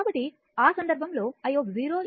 కాబట్టి ఆ సందర్భంలో i i i0 ఏమైనా ఇది 5 0